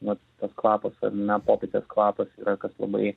vat tas kvapas ar ne popietės kvapas yra kas labai